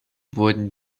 wurden